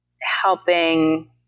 helping